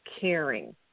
caring